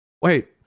Wait